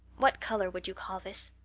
what color would you call this?